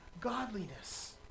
godliness